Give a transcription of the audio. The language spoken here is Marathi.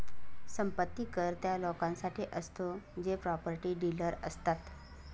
संपत्ती कर त्या लोकांसाठी असतो जे प्रॉपर्टी डीलर असतात